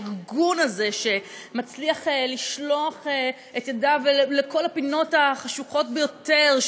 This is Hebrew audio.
הארגון הזה שמצליח לשלוח את ידיו לכל הפינות החשוכות ביותר,